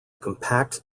compact